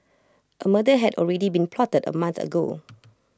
A murder had already been plotted A month ago